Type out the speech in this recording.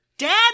Dad